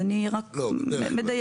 אני רק מדייקת.